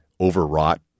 overwrought